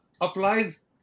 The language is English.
applies